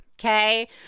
Okay